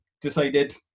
decided